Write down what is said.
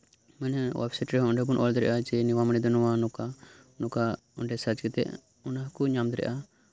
website ᱨᱮ ᱚᱸᱰᱮ ᱵᱚᱱ ᱚᱞ ᱫᱟᱲᱮᱭᱟᱜᱼᱟ ᱡᱮ ᱱᱚᱶᱟ ᱢᱟᱱᱮ ᱫᱚ ᱱᱚᱝᱠᱟ ᱚᱸᱰᱮ ᱥᱟᱨᱪ ᱠᱟᱛᱮᱫ ᱚᱱᱟ ᱠᱚ ᱧᱮᱞ ᱫᱟᱲᱮᱭᱟᱜᱼᱟ